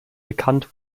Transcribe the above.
bekannt